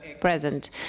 present